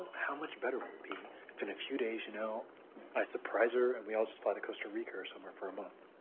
how much better will it be if in a few days. you know i surprise her and we all just fly to costa rica or somewhere for a month?